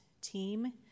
team